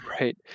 right